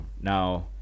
Now